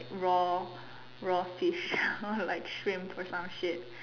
raw raw fish like shrimp or some shit